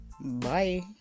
bye